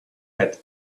had